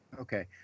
Okay